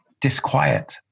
disquiet